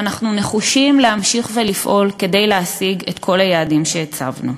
ואנחנו נחושים להמשיך לפעול כדי להשיג את כל היעדים שהצבנו.